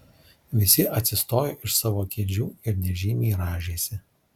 visi atsistojo iš savo kėdžių ir nežymiai rąžėsi